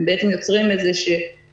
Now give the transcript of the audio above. בעצם יוצרים אי-ודאות,